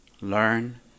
learn